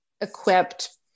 equipped